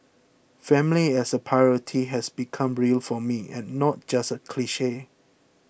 family as a priority has become real for me and not just a cliche